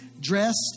dressed